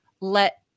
let